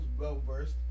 well-versed